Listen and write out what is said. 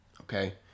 okay